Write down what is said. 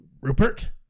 Rupert